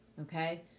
Okay